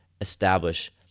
establish